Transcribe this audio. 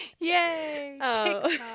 Yay